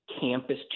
campus